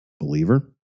Believer